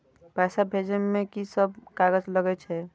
पैसा भेजे में की सब कागज लगे छै?